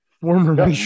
former